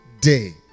day